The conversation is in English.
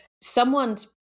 someone's